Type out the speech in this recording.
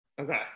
Okay